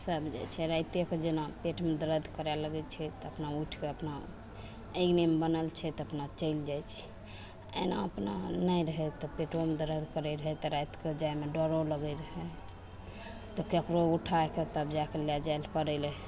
सब जाइ छै राइते कऽ जेना पेटमे दर्द करय लगय छै तऽ अपना उठिके अपना अँगनेमे बनल छै तऽ अपना चलि जाइ छै एना अपना नहि रहय तऽ पेटोमे दर्द करय रहय तऽ राति कऽ जाइमे डरो लगय रहय तऽ ककरो उठायके तब जा कऽ लए जाइ लऽ पड़य रहय